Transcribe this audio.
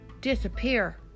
disappear